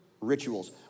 rituals